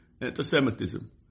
anti-Semitism